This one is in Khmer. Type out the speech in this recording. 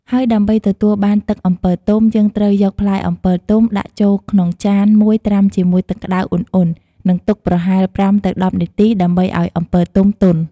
ហើយដើម្បីទទួលបានទឹកអំពិលទុំ យើងត្រូវយកផ្លែអំពិលទុំដាក់ចូលក្នុងចានមួយត្រាំជាមួយទឹកក្ដៅឧណ្ហៗ និងទុកប្រហែល ៥ទៅ១០ នាទី ដើម្បីឱ្យអំពិលទុំទន់។